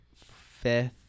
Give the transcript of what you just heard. fifth